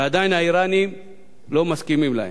ועדיין האירנים לא מסכימים להן.